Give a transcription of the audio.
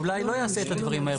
שאולי לא יעשה את הדברים מהר.